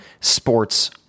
sports